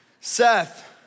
Seth